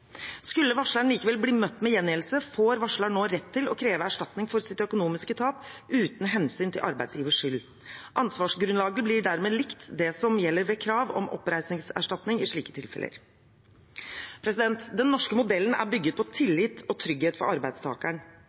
Skulle varsleren likevel bli møtt med gjengjeldelse, får varsleren nå rett til å kreve erstatning for sitt økonomiske tap uten hensyn til arbeidsgivers skyld. Ansvarsgrunnlaget blir i slike tilfeller dermed likt det som gjelder ved krav om oppreisningserstatning. Den norske modellen er bygget på tillit og trygghet for arbeidstakeren.